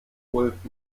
ulf